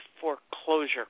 foreclosure